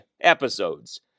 episodes